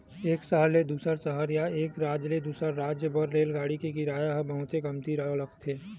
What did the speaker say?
एक सहर ले दूसर सहर या एक राज ले दूसर राज जाए बर रेलगाड़ी के किराया ह बहुते कमती लगथे